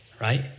Right